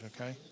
okay